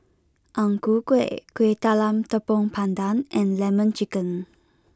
Ang Ku Kueh Kueh Talam Tepong Pandan and Lemon Chicken